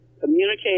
communicate